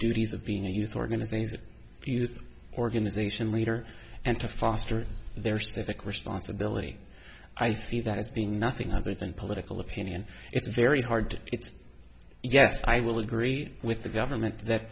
duties of being a youth organization youth organization leader and to foster their civic responsibility i see that as being nothing other than political opinion it's very hard it's yes i will agree with the government that